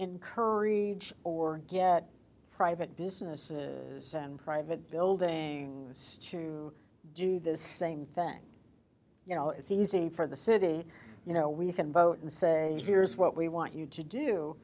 curry or get private businesses and private building to do the same thing you know it's easy for the city you know we can vote and say here's what we want you to do